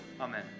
Amen